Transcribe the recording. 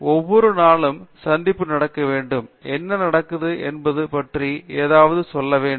பேராசிரியர் அரிந்தமா சிங் ஒவ்வொரு நாளும் ஒரு சந்திப்பு நடக்க வேண்டும் என்ன நடந்தது என்பது பற்றி ஏதாவது சொல்ல வேண்டும்